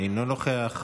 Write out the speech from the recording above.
אינו נוכח,